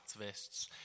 activists